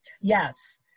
Yes